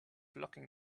locking